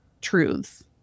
truths